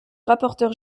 rapporteur